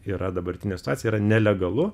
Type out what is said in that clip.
yra dabartinė situacija yra nelegalu